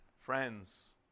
friends